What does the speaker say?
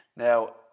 Now